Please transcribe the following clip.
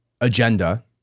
agenda